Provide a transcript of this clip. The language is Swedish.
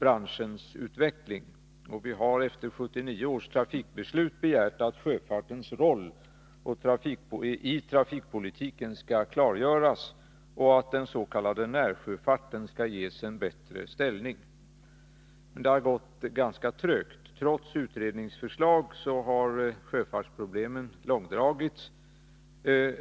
branschens utveckling, och vi har efter 1979 års trafikbeslut begärt att sjöfartens roll i trafikpolitiken skall klargöras och att den s.k. närsjöfarten skall ges en bättre ställning. Men det har gått ganska trögt. Trots utredningsförslag har sjöfartsproblemen långdragits.